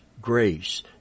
grace